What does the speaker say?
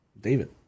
david